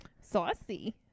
saucy